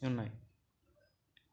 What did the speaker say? ఉన్నాయ్